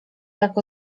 tak